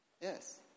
Yes